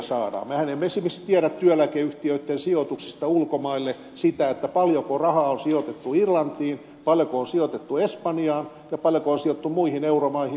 mehän emme esimerkiksi tiedä työeläkeyhtiöitten sijoituksista ulkomaille sitä paljonko rahaa on sijoitettu irlantiin paljonko on sijoitettu espanjaan ja paljonko on sijoitettu muihin euromaihin